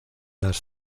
las